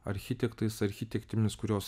architektais architektėmis kurios